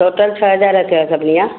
total छह हज़ार थिया सभिनी जा